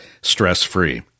stress-free